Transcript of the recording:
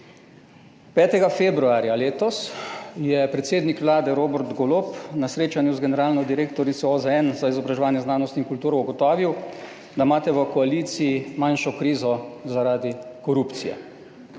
5. februarja letos je predsednik Vlade Robert Golob na srečanju z generalno direktorico OZN za izobraževanje, znanost in kulturo ugotovil, da imate v koaliciji manjšo krizo zaradi korupcije.